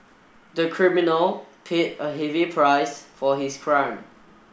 the criminal paid a heavy price for his crime